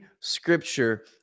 scripture